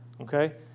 okay